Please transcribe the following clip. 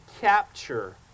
capture